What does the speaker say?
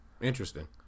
interesting